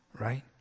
right